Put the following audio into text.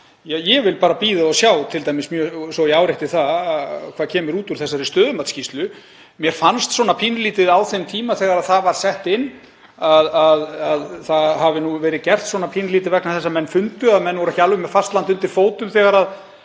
ég vil bara að bíða og sjá, svo ég árétti það, t.d. hvað kemur út úr þessari stöðumatsskýrslu. Mér fannst svona pínulítið á þeim tíma þegar það var sett inn að það hafi verið gert svona vegna þess að menn fundu að þeir voru ekki alveg með fast land undir fótum þegar